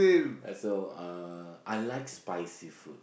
ya so I like spicy food